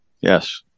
Yes